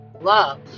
love